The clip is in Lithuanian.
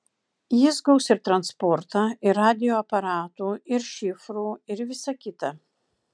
jis gaus ir transportą ir radijo aparatų ir šifrų ir visa kita